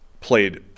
played